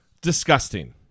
Disgusting